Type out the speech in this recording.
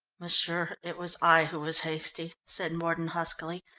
m'sieur, it was i who was hasty, said mordon huskily,